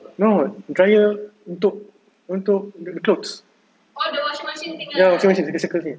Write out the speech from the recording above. no dryer untuk untuk the clothes ya washing machine the circle thing